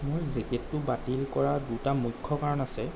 মোৰ জেকেটতো বাতিল কৰাৰ দুটা মূখ্য কাৰণ আছে